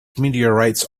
meteorites